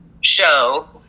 show